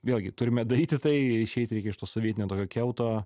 vėlgi turime daryti tai išeit reikia iš to sovietinio tokio kiauto